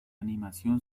animación